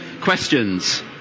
Questions